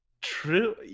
true